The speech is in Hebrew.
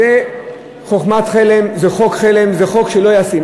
זאת חוכמת חלם, זה חוק חלם, זה חוק לא ישים.